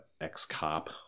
ex-cop